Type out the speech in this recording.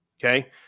Okay